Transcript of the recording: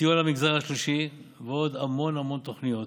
סיוע למגזר השלישי ועוד המון המון תוכניות.